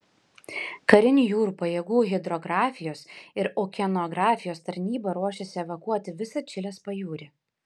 karinių jūrų pajėgų hidrografijos ir okeanografijos tarnyba ruošiasi evakuoti visą čilės pajūrį